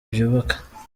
byubaka